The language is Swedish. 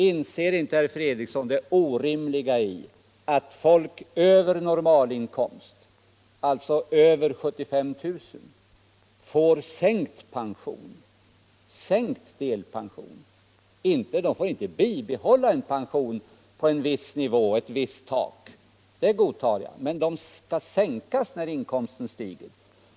Inser inte herr Fredriksson det orimliga i att folk med inkomster över det normala, alltså mer än 75 000 kr., får sänkt delpension? Att de inte får tillgodoräkna sig pension över ett visst tak, godtar jag, men inte att pensionen skall sänkas när inkomsten stiger.